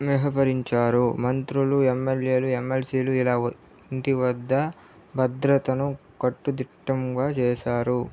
నేహపరించారు మంత్రులు ఎమ్మెల్యేలు ఎమ్మెల్సీలు ఇలా ఇంటి వద్ద భద్రతను కట్టుదిట్టంగా చేశారు